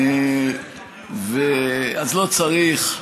באנו, אז לא צריך.